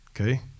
Okay